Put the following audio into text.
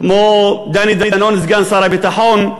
כמו דני דנון סגן שר הביטחון,